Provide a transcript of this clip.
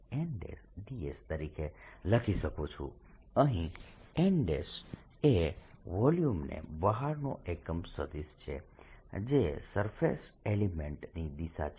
ndS તરીકે લખી શકું છું અહીં n એ વોલ્યુમની બહારનો એકમ સદિશ છે જે સરફેસ એલિમેન્ટ ની દિશા છે